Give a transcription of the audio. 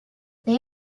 they